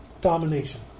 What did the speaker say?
domination